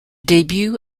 debut